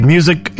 Music